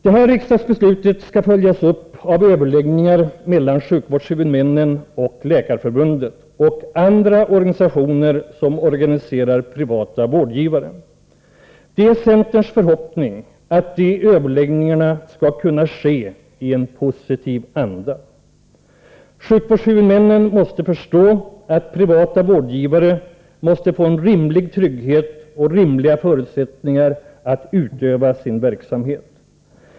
Detta riksdagsbeslut skall följas upp av överläggningar mellan sjukvårdshuvudmännen, Läkarförbundet och andra organisationer som organiserar privata vårdgivare. Det är centerns förhoppning att de överläggningarna skall kunna ske i en positiv anda. Sjukvårdshuvudmännen måste förstå att privata vårdgivare måste få en rimlig trygghet och rimliga förutsättningar att utöva sin verksamhet.